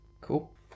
Cool